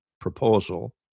proposal